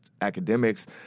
academics